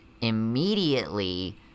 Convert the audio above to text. immediately